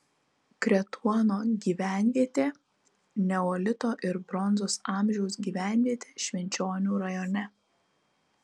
kretuono gyvenvietė neolito ir bronzos amžiaus gyvenvietė švenčionių rajone